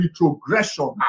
retrogression